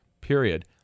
period